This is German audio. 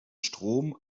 strom